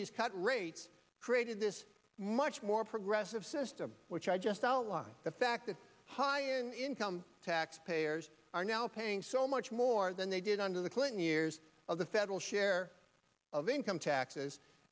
he's cut rates created this much more progressive system which i just outlined the fact that hyun income tax payers are now paying so much more than they did under the clinton years of the federal share of income taxes